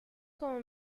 como